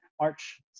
March